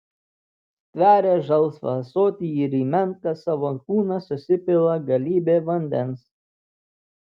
stveria žalsvą ąsotį ir į menką savo kūną susipila galybę vandens